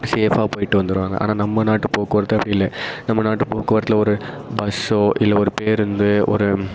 சேஃப்பாக போயிவிட்டு வந்துருவாங்க ஆனால் நம்ம நாட்டு போக்குவரத்து அப்படி இல்லை நம்ம நாட்டு போக்குவரத்தில் ஒரு பஸ்ஸோ இல்லை ஒரு பேருந்து ஒரு